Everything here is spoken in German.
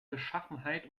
beschaffenheit